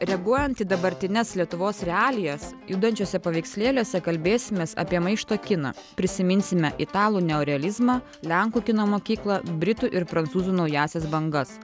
reaguojant į dabartines lietuvos realijas judančiuose paveikslėliuose kalbėsimės apie maišto kiną prisiminsime italų neorealizmą lenkų kino mokyklą britų ir prancūzų naująsias bangas